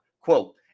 Quote